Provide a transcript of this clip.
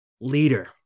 leader